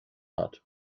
hat